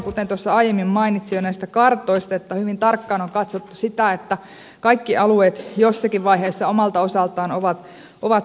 kuten tuossa aiemmin mainitsin jo näistä kartoista niin hyvin tarkkaan on katsottu sitä että kaikki alueet jossakin vaiheessa omalta osaltaan ovat saajapuolella